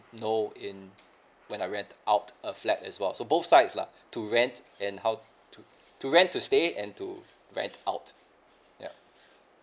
know in when I rent out a flat as well so both sides lah to rent and how to to rent to stay and to rent out yup